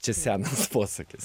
čia senas posakis